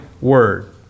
Word